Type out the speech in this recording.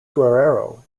guerrero